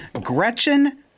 Gretchen